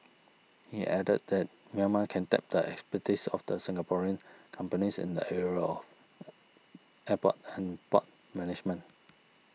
he added that Myanmar can tap the expertise of the Singaporean companies in the areas of airport and port management